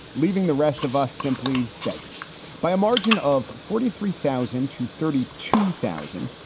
leaving the rest of us simply begging by a margin of forty three thousand to thirty two thousand.